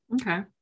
Okay